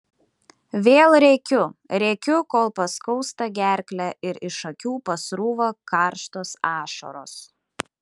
vėl rėkiu rėkiu kol paskausta gerklę ir iš akių pasrūva karštos ašaros